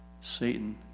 Satan